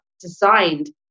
designed